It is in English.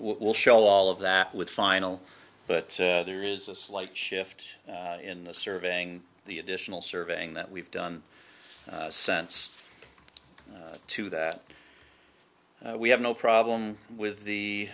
we'll show all of that with final but there is a slight shift in the surveying the additional surveying that we've done sense to that we have no problem with the